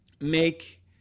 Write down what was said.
make